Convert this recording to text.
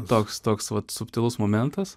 toks toks vat subtilus momentas